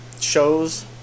shows